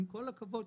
עם כל הכבוד,